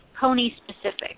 pony-specific